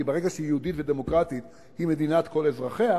כי ברגע שהיא יהודית ודמוקרטית היא מדינת כל אזרחיה